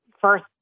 first